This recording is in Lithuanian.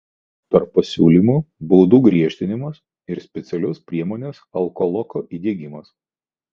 tarp pasiūlymų baudų griežtinimas ir specialios priemonės alkoloko įdiegimas